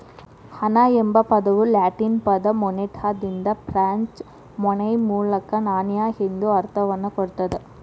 ಹಣ ಎಂಬ ಪದವು ಲ್ಯಾಟಿನ್ ಪದ ಮೊನೆಟಾದಿಂದ ಫ್ರೆಂಚ್ ಮೊನೈ ಮೂಲಕ ನಾಣ್ಯ ಎಂಬ ಅರ್ಥವನ್ನ ಕೊಡ್ತದ